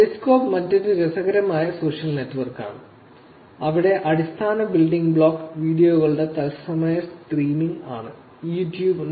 Periscope മറ്റൊരു രസകരമായ social നെറ്റ്വർക്കാണ് അവിടെ അടിസ്ഥാന ബിൽഡിംഗ് ബ്ലോക്ക് വീഡിയോകളുടെ തത്സമയ സ്ട്രീമിംഗ് ആണ്